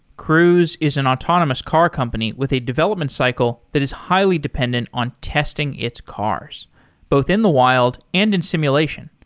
cruise is an autonomous car company with a development cycle that is highly dependent on testing its cars both in the wild and in simulation.